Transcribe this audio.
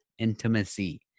intimacy